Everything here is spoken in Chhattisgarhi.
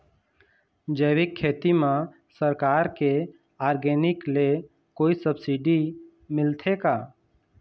जैविक खेती म सरकार के ऑर्गेनिक ले कोई सब्सिडी मिलथे का?